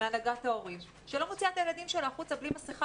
מהנהגת ההורים שלא מוציאה את הילדים שלה החוצה בלי מסכה.